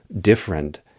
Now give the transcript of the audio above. different